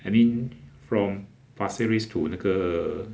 I mean from pasir ris to 那个